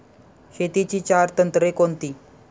शेतीची चार तंत्रे कोणती?